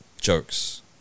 jokes